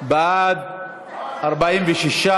התשע"ו 2016,